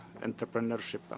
entrepreneurship